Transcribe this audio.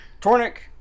Tornik